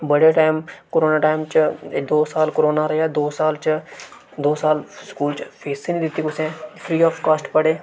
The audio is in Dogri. बड़े टाइम करोना टाइम च दो साल करोना रेहा दो साल च दो साल स्कूल च फीस गै नेईं दित्ती कुसै ने फ्री ऑफ कास्ट पढ़े